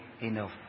enough